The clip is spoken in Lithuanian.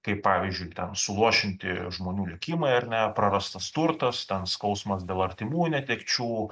kaip pavyzdžiui ten suluošinti žmonių likimai ar ne prarastas turtas ten skausmas dėl artimųjų netekčių